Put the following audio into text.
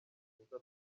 mwiza